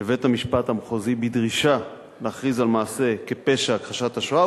לבית-המשפט המחוזי בדרישה להכריז על מעשה כפשע הכחשת השואה,